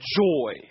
joy